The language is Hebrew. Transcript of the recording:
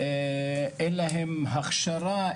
ולאפשר להם לצאת לפנסיה,